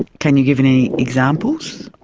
ah can you give any examples?